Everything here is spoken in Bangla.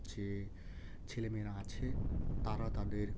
যে ছেলে মেয়েরা আছে তারা তাদের